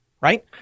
right